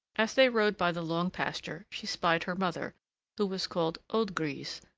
as they rode by the long pasture, she spied her mother who was called old grise,